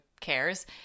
cares